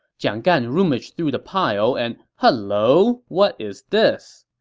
jiang gan rummaged through the pile, and hello, what is this?